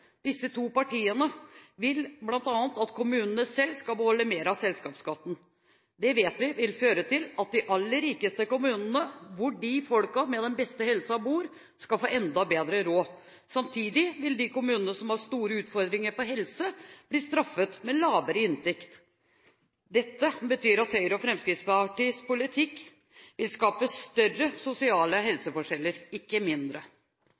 Disse to partiene vil bl.a. at kommunene selv skal beholde mer av selskapsskatten. Det vet vi vil føre til at de aller rikeste kommunene, hvor de menneskene med den beste helsen bor, får enda bedre råd. Samtidig vil de kommunene som har store utfordringer på helse, bli straffet med lavere inntekt. Dette betyr at Høyre og Fremskrittspartiets politikk vil skape større sosiale helseforskjeller, ikke mindre.